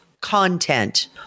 content